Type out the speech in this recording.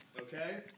okay